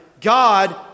God